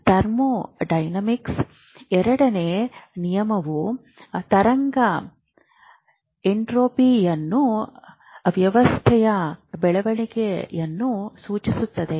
thermo ಡೈನಾಮಿಕ್ಸ್ನ ಎರಡನೇ ನಿಯಮವು ತರಂಗ ಎಂಟ್ರೊಪಿಯನ್ನು ವ್ಯವಸ್ಥೆಯ ಬೆಳವಣಿಗೆಯನ್ನು ಸೂಚಿಸುತ್ತದೆ